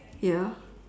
ya